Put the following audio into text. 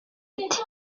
ati